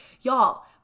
y'all